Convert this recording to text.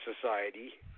Society